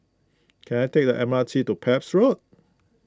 can I take the M R T to Pepys Road